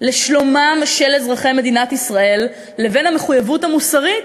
לשלומם של אזרחי מדינת ישראל לבין המחויבות המוסרית,